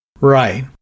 Right